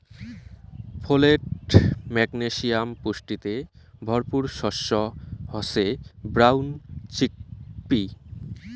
folate, magnesium পুষ্টিতে ভরপুর শস্য হসে ব্রাউন চিকপি